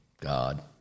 God